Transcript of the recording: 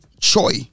Choi